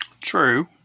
True